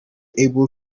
able